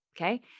okay